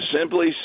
simply